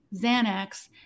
xanax